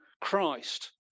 Christ